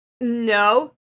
No